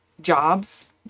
jobs